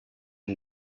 een